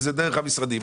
זה דרך המשרדים.